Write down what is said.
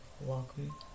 welcome